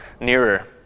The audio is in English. nearer